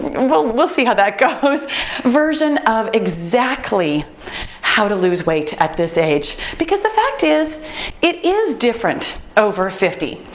we'll we'll see how that goes, version of exactly how to lose weight at this age. because the fact is it is different over fifty.